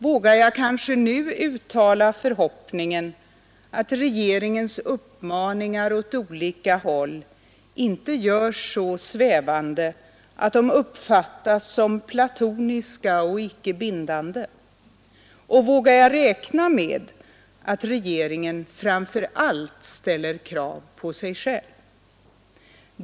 Vågar jag kanske nu uttala förhoppningen att regeringens uppmaningar åt olika håll inte görs så svävande att de uppfattas som platoniska och icke bindande, och vågar jag räkna med att regeringen framför allt ställer krav på sig själv?